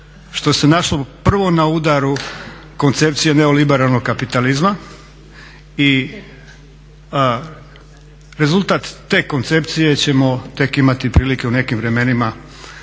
što se našlo prvo na udaru koncepcije neoliberalnog kapitalizma i rezultat te koncepcije ćemo imati tek prilike u nekim vremenima